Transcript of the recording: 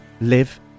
live